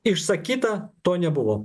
išsakyta to nebuvo